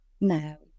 No